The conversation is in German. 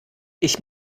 ich